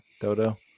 Dodo